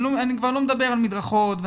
אני כבר לא מדבר על מדרכות או